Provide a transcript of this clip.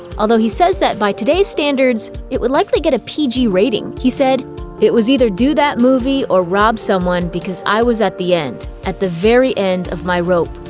although he says that by today's standards it would likely get a pg rating. he said it was either do that movie or rob someone because i was at the end, at the very end, of my rope.